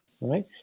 right